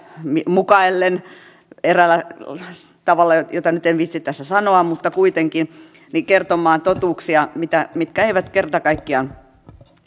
hieman ehkä mukaillen eräällä tavalla jota nyt en viitsi tässä sanoa mutta kuitenkin kertomaan totuuksia mitkä eivät kerta kaikkiaan